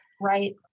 Right